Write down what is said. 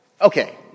Okay